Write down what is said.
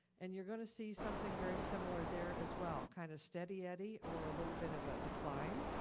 and you're gonna see something very similar there as well. kind of steady eddy or a little bit of a decline.